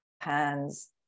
hands